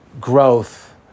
growth